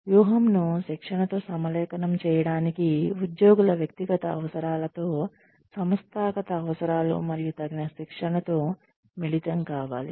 వ్యూహంను శిక్షణ తో సమలేఖనం చేయడానికి ఉద్యోగుల వ్యక్తిగత అవసరాలతో సంస్థాగత అవసరాలు మరియు తగిన శిక్షణతో మిళితం కావాలి